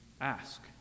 Ask